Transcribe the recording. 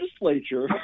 legislature